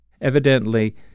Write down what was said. Evidently